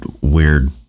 weird